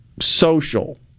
social